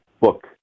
book